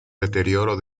deterioro